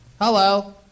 hello